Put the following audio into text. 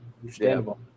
understandable